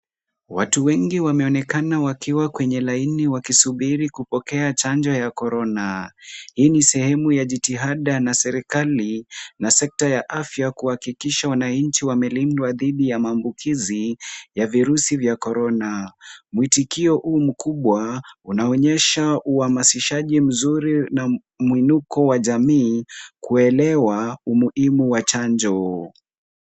Watu wengi wameonekana wakiwa kwenye laini wakisubiri kupokea chanjo ya corana . Hii ni sehemu ya jitihada na serikali na sekta ya afya kuhakikisha wananchi wamelindwa dhidi ya maambukizi ya virusi vya corona . Mwitikio huu mkubwa unaonyesha uhamasishaji mzuri na mwinuko wa jamii kuelewa umuhimu wa chanjo.